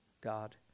God